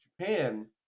Japan